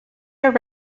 are